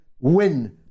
win